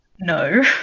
No